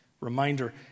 reminder